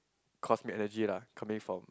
cosmic energy lah coming from